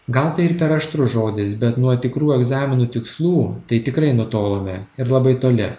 gal tai ir per aštrus žodis bet nuo tikrų egzaminų tikslų tai tikrai nutolome ir labai toli